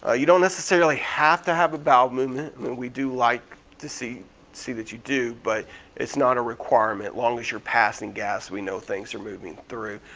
ah you don't necessarily have to have a bowel movement but we do like to see see that you do, but it's not a requirement. as long as you're passing gas we know things are moving through.